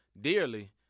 dearly